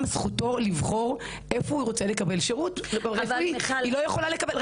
זכותו של בן אדם לבחור איפה הוא רוצה לקבל שירות רפואי.